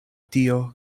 tio